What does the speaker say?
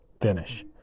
Finish